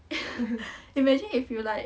imagine if you like